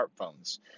smartphones